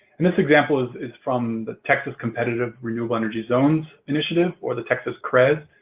and this example is is from the texas competitive renewable energy zones initiative, or the texas crez,